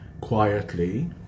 quietly